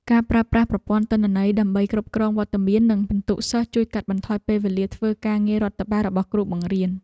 ការប្រើប្រាស់ប្រព័ន្ធទិន្នន័យដើម្បីគ្រប់គ្រងវត្តមាននិងពិន្ទុសិស្សជួយកាត់បន្ថយពេលវេលាធ្វើការងាររដ្ឋបាលរបស់គ្រូបង្រៀន។